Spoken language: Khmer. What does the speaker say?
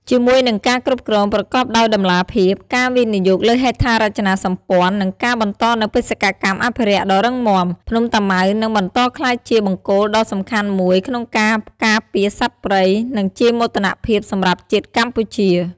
ជាមួយនឹងការគ្រប់គ្រងប្រកបដោយតម្លាភាព ការវិនិយោគលើហេដ្ឋារចនាសម្ព័ន្ធ និងការបន្តនូវបេសកកម្មអភិរក្សដ៏រឹងមាំ ភ្នំតាម៉ៅនឹងបន្តក្លាយជាបង្គោលដ៏សំខាន់មួយក្នុងការការពារសត្វព្រៃ និងជាមោទនភាពសម្រាប់ជាតិកម្ពុជា។